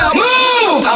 move